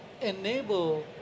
enable